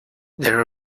their